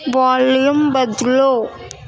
volume بدلو